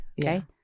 Okay